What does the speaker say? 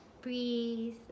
breathe